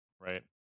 right